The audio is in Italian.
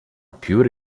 pure